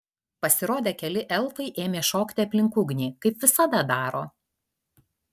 pasirodę keli elfai ėmė šokti aplink ugnį kaip visada daro